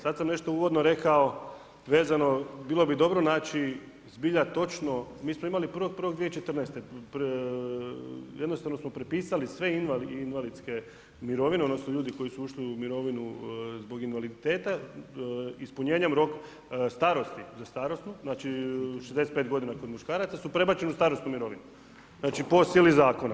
Sad sam nešto uvodno rekao vezano bilo bi dobro naći zbilja točno, mi smo imali 1.1.2014., jednostavno smo propisali sve invalidske mirovine odnosno ljudi koji su ušli u mirovinu zbog invaliditeta, ispunjenjem starosti za starosnu, znači 65 g. kod muškaraca su prebačene u starosnu mirovinu, znači po sili zakona.